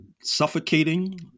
suffocating